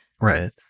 right